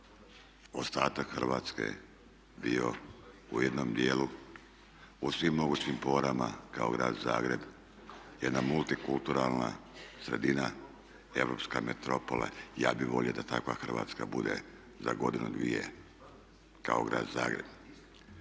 ostatak Hrvatske bio u jednom dijelu u svim mogućim porama kao grad Zagreb jedna multikulturalna sredina, europska metropola. I ja bih volio da takva Hrvatska bude za godinu dvije kao grad Zagreb